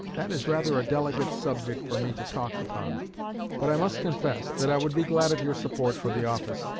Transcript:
that is rather a delicate subject for me to talk upon but i must confess that i would be glad of your support for the office,